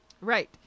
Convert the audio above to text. right